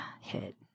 hit